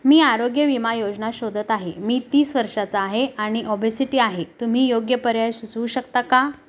मी आरोग्य विमा योजना शोधत आहे मी तीस वर्षाचा आहे आणि ऑबेसिटी आहे तुम्ही योग्य पर्याय सुचू शकता का